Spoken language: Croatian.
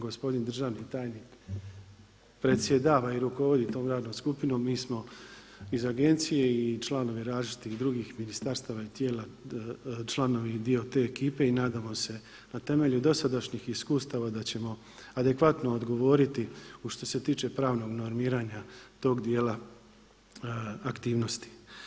Gospodin državni tajnik predsjedava i rukovodi tom radnom skupinom, mi smo iz agencije i članovi različitih drugih ministarstva i tijela članovi i dio te ekipe i nadamo se na temelju dosadašnjih iskustava da ćemo adekvatno odgovoriti što se tiče pravnog normiranja tog dijela aktivnosti.